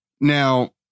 Now